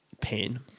pain